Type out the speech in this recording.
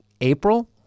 April